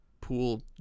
pool